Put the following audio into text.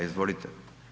Izvolite.